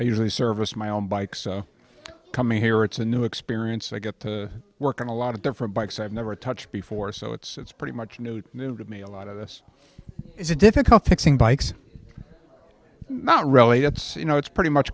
i usually service my own bike so coming here it's a new experience i get to work on a lot of different bikes i've never touched before so it's pretty much new to me a lot of this is a difficult thing bikes not really upset you know it's pretty much